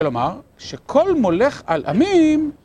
כלומר, שכל מולך על עמים,